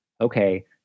Okay